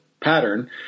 pattern